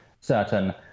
certain